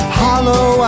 hollow